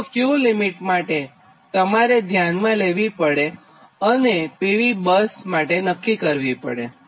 તો Q limit તમારે ધ્યાનમાં લેવી પડે અને PV બસ માટે નક્કી કરવી પડે